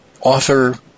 author